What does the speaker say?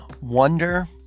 wonder